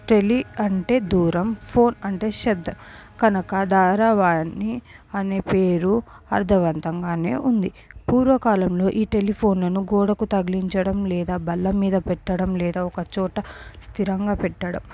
tele అంటే దూరం phone అంటే శబ్ధం కనుక ధారవాణి అనే పేరు అర్థవంతంగానే ఉంది పూర్వకాలంలో ఈ టెలిఫోన్లను గోడకు తగిలించడం లేదా బల్ల మీద పెట్టడం లేదా ఒక చోట స్థిరంగా పెట్టడం